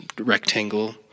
rectangle